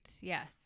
Yes